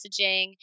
messaging